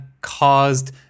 caused